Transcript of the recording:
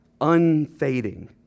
unfading